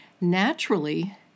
naturally